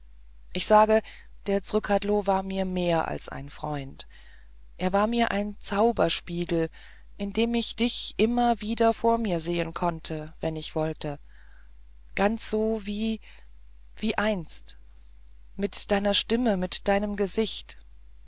ich sage der zrcadlo war mir mehr als ein freund er war mir ein zauberspiegel in dem ich dich immer wieder vor mir sehen konnte wenn ich es wollte ganz so wie wie einst mit deiner stimme mit deinem gesicht